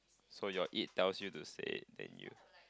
so your it tells you to say then you